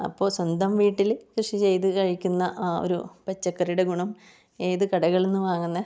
അപ്പോൾ സ്വന്തം വീട്ടിൽ കൃഷി ചെയ്തു കഴിക്കുന്ന ആ ഒരു പച്ചക്കറിയുടെ ഗുണം ഏത് കടകളിൽ നിന്ന് വാങ്ങുന്ന